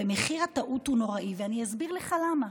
ומחיר הטעות הוא נוראי, ואני אסביר לך למה,